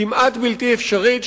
כמעט בלתי אפשרית,